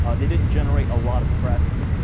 ah they didn't generate a lot of traffic.